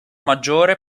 maggiore